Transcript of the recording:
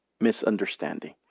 misunderstanding